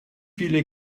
viele